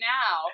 now